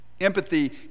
Empathy